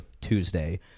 Tuesday